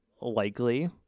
likely